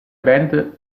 band